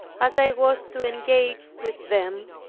as i was to engage with them,